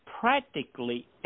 Practically